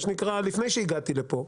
מה שנקרא לפני שהגעתי לפה,